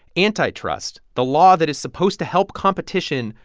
antitrust, the law that is supposed to help competition,